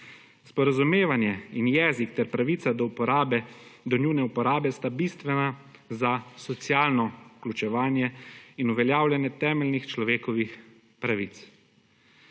Sporazumevanje in jezik ter pravica do njune uporabe sta bistvena za socialno vključevanju in uveljavljanje temeljnih človekovih pravic.